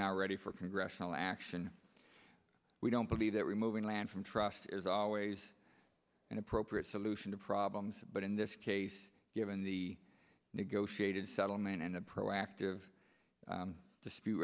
ready for congressional action we don't believe that removing land from trusts is always an appropriate solution to problems but in this case given the negotiated settlement and a proactive dispute